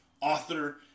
author